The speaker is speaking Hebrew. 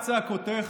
רק צעקותיך